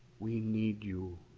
we need you.